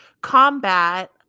combat